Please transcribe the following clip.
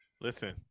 Listen